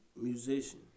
musician